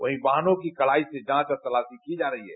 वहीं वाहनों की कड़ाई से जांच और तलाशी की जा रही है